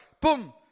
boom